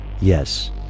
Yes